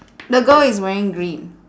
the girl is wearing green